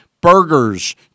burgers